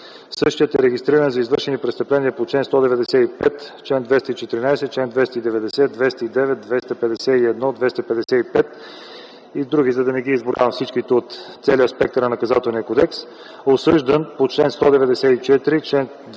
Същият е регистриран за извършени престъпления по чл. 195, чл. 214, чл. 290, 209, 251, 255 и други, да не ги изброявам всички от целия спектър на Наказателния кодекс. Осъждан по чл. 194, чл.